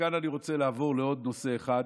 וכאן אני רוצה לעבור לעוד נושא אחד,